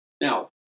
Now